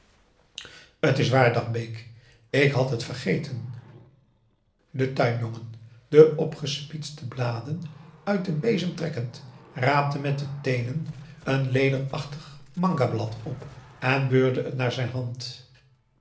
t is waar dacht bake ik had het vergeten de tuinjongen de opgespietste bladen uit den bezem trekkend raapte met de teenen een lederachtig manga blad op en beurde het naar zijn hand